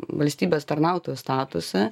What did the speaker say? valstybės tarnautojo statusą